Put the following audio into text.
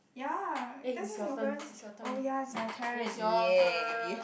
ya that's how Singaporeans oh ya it's my turn ya